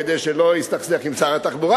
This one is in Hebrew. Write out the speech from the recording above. כדי שלא יסתכסך עם שר התחבורה,